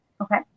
Okay